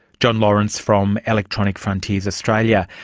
jon lawrence, from electronic frontiers australia.